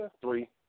three